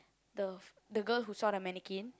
the the girl who saw the mannequin